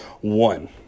one